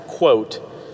quote